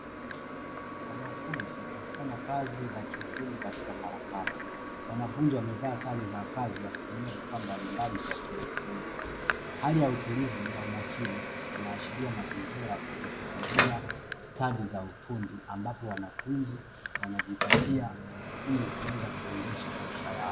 Wanafunzi wakifanya kazi za kiufundi katika karakana, wanafunzi wamevaa sare za kazi wakitumia vifaa mbalimbali vya kielektroniki. Hali ya utulivu na umakini inaashiria mazingira ya kujifunzia stadi za ufundi, ambapo wanafunzi wanajipatia ili kuweza kuendesha maisha yao.